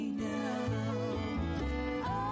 now